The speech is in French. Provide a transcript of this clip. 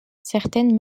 certaines